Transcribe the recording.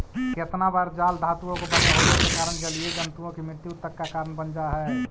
केतना बार जाल धातुओं का बने होवे के कारण जलीय जन्तुओं की मृत्यु तक का कारण बन जा हई